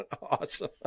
Awesome